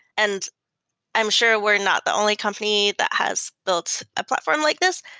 and i'm sure we're not the only company that has built a platform like this,